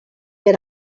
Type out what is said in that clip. per